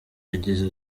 yagize